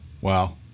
Wow